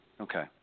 Okay